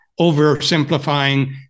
oversimplifying